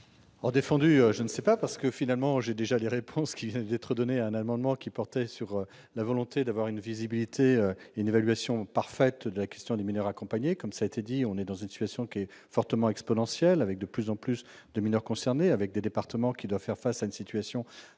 défendu, je ne sais pas, parce que finalement j'ai déjà des réponses qui viennent d'être donnés un amendement qui portait sur la volonté d'avoir une visibilité et une évaluation parfaite de la question des mineurs accompagnés comme ça a été dit, on est dans une situation qui est fortement exponentielle avec de plus en plus de mineurs concernés avec des départements qui doit faire face à une situation